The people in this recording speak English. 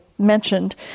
Mentioned